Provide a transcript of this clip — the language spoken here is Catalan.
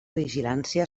vigilància